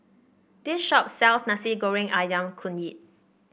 this shop sells Nasi Goreng ayam Kunyit